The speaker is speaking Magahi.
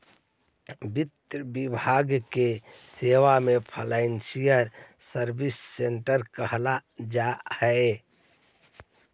वित्त विभाग के सेवा के फाइनेंशियल सर्विसेज कहल जा हई